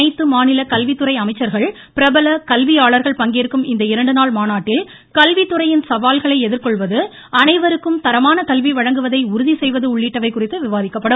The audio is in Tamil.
அனைத்து மாநில கல்வித்துறை அமைச்சர்கள் பிரபல கல்வியாளர்கள் பங்கேற்கும் இந்த இரண்டுநாள் மாநாட்டில் கல்வித்துறையின் சவால்களை எதிர்கொள்வது அனைவருக்கும் தரமான கல்வி வழங்குவதை உறுதி செய்வது உள்ளிட்டவை குறித்து விவாதிக்கப்படும்